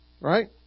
right